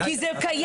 כי זה קיים.